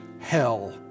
hell